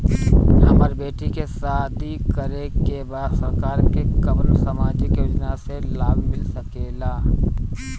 हमर बेटी के शादी करे के बा सरकार के कवन सामाजिक योजना से लाभ मिल सके ला?